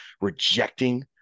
rejecting